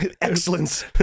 excellence